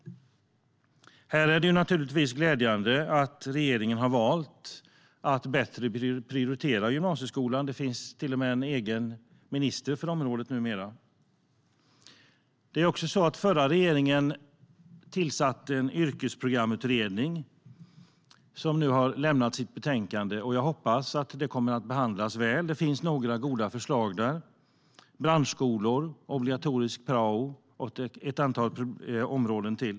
Här är det naturligtvis glädjande att regeringen har valt att prioritera gymnasieskolan. Det finns till och med en egen minister för området numera. Den förra regeringen tillsatte en yrkesprogramutredning, som nu har avlämnat sitt betänkande. Jag hoppas att det kommer att behandlas väl. Det finns några goda förslag där: branschskolor, obligatorisk prao och ytterligare ett antal.